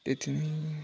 यति नै